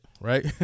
right